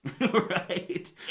Right